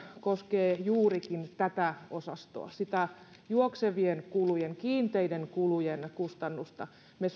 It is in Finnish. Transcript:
koskevat juurikin tätä osastoa sitä juoksevien kulujen kiinteiden kulujen kustannusta me